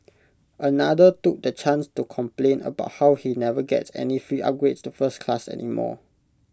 another took the chance to complain about how he never gets any free upgrades to first class anymore